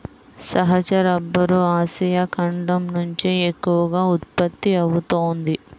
సహజ rubber Asia ఖండం నుంచే ఎక్కువగా ఉత్పత్తి అవుతోంది